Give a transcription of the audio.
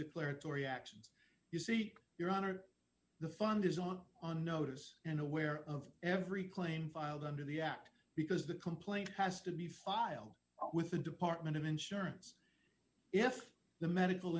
actions you seek your honor the fund is on on notice and aware of every claim filed under the act because the complaint has to be filed with the department of insurance if the medical